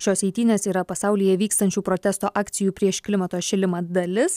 šios eitynės yra pasaulyje vykstančių protesto akcijų prieš klimato šilimą dalis